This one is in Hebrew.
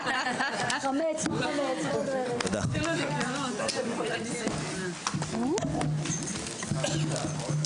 הישיבה ננעלה בשעה 10:30.